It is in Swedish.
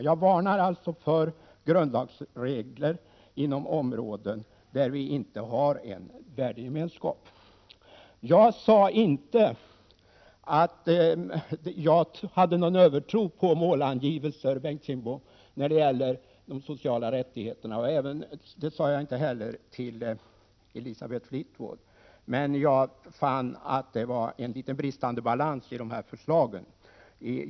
Jag varnar alltså för grundlagsregler inom områden där vi inte har en värdegemenskap. Jag sade inte, Bengt Kindbom, att jag hade någon övertro på målangivelser när det gäller sociala rättigheter. Det sade jag inte heller till Elisabeth Fleetwood. Men jag fann att det var brist på balans i förslagen.